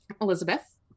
Elizabeth